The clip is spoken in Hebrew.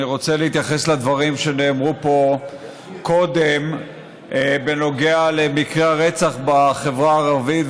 אני רוצה להתייחס לדברים שנאמרו פה קודם בנוגע למקרי הרצח בחברה הערבית,